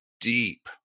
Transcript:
deep